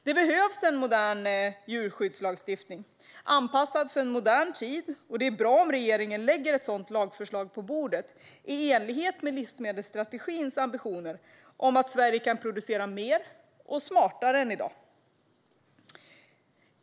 Det behövs en modern djurskyddslagstiftning anpassad till en modern tid, och det är bra om regeringen lägger ett sådant lagförslag på bordet i enlighet med livsmedelsstrategins ambitioner om att Sverige kan producera mer och smartare än i dag.